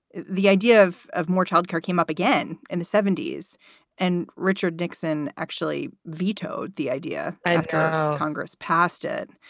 the idea of of more child care came up again in the seventy s and richard nixon actually vetoed the idea after congress passed it.